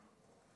בנו,